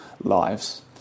lives